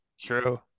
True